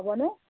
হ'বনে